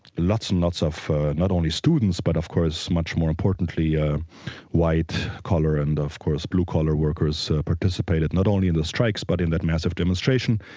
lots and lots of not only students but of course much more importantly, ah white collar and of course blue collar workers participated not only in the strikes but in that massive demonstration.